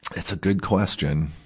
it's a good question.